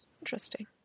Interesting